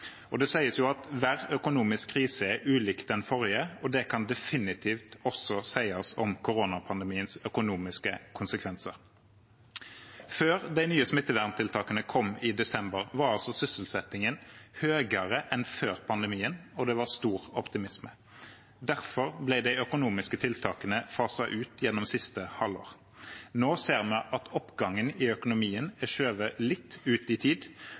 Det sies at hver økonomisk krise er ulik den forrige, og det kan definitivt også sies om koronapandemiens økonomiske konsekvenser. Før de nye smitteverntiltakene kom i desember, var sysselsettingen høyere enn før pandemien, og det var stor optimisme. Derfor ble de økonomiske tiltakene faset ut gjennom siste halvår. Nå ser vi at oppgangen i økonomien er skjøvet litt ut i tid,